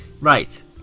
right